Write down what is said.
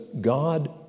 God